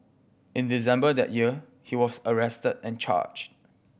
in December that year he was arrested and charged